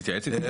להתייעץ איתו.